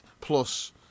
plus